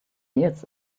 years